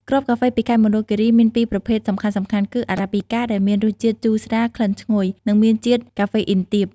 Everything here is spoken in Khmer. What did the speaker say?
គ្រាប់កាហ្វេពីខេត្តមណ្ឌលគិរីមានពីរប្រភេទសំខាន់ៗ គឺ អារ៉ាប៊ីកា ដែលមានរសជាតិជូរស្រាល ក្លិនឈ្ងុយ និងមានជាតិកាហ្វេអ៊ីនទាប។